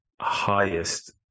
highest